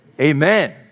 Amen